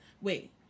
Wait